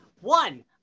one